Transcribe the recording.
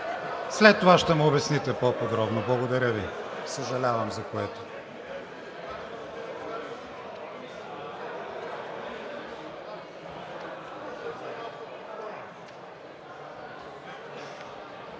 След това ще му обясните по-подробно. Благодаря Ви. Съжалявам за което.